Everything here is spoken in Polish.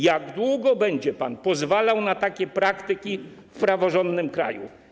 Jak długo będzie pan pozwalał na takie praktyki w praworządnym kraju?